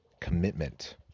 commitment